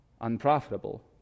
unprofitable